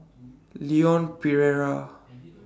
Leon Perera